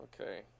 Okay